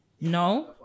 No